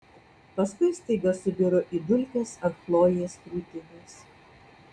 paskui staiga subiro į dulkes ant chlojės krūtinės